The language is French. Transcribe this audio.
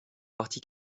parti